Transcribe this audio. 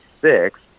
six